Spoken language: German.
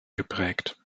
geprägt